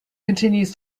continues